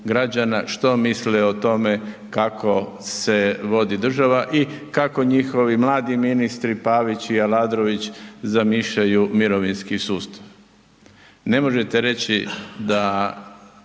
što misle o tome kako se vodi država i kako njihovi mladi ministri Pavić i Aladrović zamišljaju mirovinski sustav. Ne možete reći da